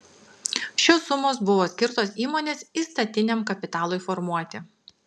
šios sumos buvo skirtos įmonės įstatiniam kapitalui formuoti